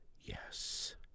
Yes